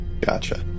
Gotcha